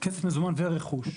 כסף מזומן ורכוש.